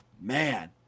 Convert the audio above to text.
man